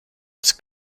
was